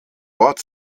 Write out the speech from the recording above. ort